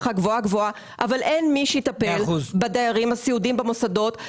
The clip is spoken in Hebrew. אבל אין מי שיטפל בדיירים הסיעודיים במוסדות.